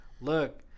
look